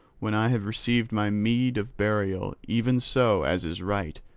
when i have received my meed of burial even so as is right,